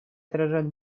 отражают